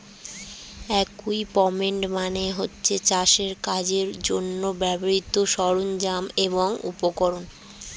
equipment মানে হচ্ছে চাষের কাজের জন্যে ব্যবহৃত সরঞ্জাম এবং উপকরণ